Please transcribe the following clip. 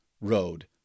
road